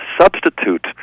substitute